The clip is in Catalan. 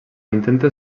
intenta